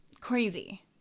Crazy